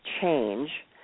change